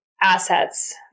assets